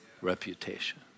reputation